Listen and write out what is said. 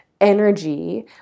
energy